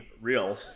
real